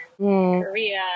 Korea